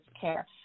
care